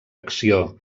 acció